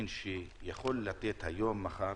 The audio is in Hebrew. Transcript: שיכול לתת היום או מחר